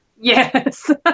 Yes